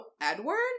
Edward